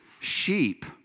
sheep